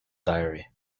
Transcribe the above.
diary